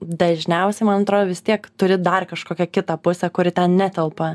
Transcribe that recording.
dažniausiai man atro vis tiek turi dar kažkokią kitą pusę kuri ten netelpa